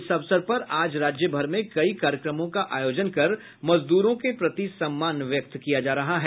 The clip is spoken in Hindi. इस अवसर पर आज राज्यभर में कई कार्यक्रमों का आयोजन कर मजद्रों के प्रति सम्मान व्यक्त किया जा रहा है